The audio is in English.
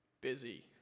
busy